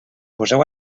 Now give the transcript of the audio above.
poseu